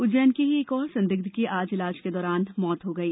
उज्जैन के ही एक और संदिग्ध की आज इलाज के दौरान मृत्यु हो गई